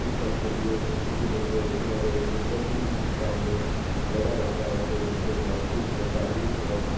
कुछ पल के लिए तो खुशी मिलती है लेकिन अगर वो दिन प्रतिदिन इस काम में लगा रहता है तो उसके मानसिक और शारीरिक स्वास्थ्य